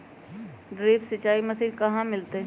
Drip सिंचाई machine कहाँ से मिलतै?